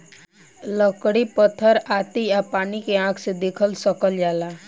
लकड़ी पत्थर आती आ पानी के आँख से देख सकल जाला